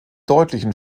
deutlichen